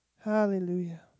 Hallelujah